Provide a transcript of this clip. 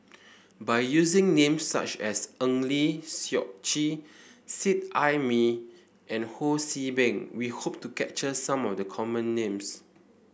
by using names such as Eng Lee Seok Chee Seet Ai Mee and Ho See Beng we hope to capture some of the common names